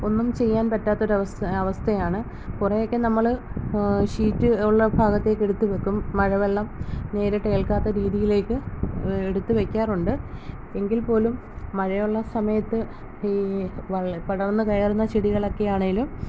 ഒന്നും ചെയ്യാൻ പറ്റാത്ത ഒരു അവസ്ഥ അവസ്ഥയാണ് കുറേയൊക്കെ നമ്മൾ ഷീറ്റ് ഉള്ള ഭാഗത്തേക്ക് എടുത്തു വയ്ക്കും മഴവെള്ളം നേരിട്ട് എൽക്കാത്ത രീതിയിലേക്ക് എടുത്തു വയ്ക്കാറുണ്ട് എങ്കിൽ പോലും മഴയുള്ള സമയത്ത് ഈ വൾ പടർന്നു കയറുന്ന ചെടികളൊക്കെയാണെങ്കിലും